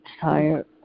tired